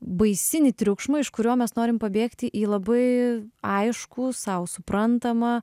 baisinį triukšmą iš kurio mes norim pabėgti į labai aiškų sau suprantamą